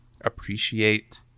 appreciate